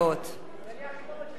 לתוצאות: